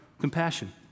compassion